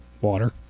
Water